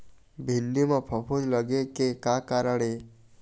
भिंडी म फफूंद लगे के का कारण ये?